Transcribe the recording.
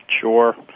Sure